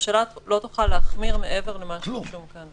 הממשלה לא תוכל להחמיר מעבר למה שרשום כאן.